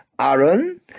Aaron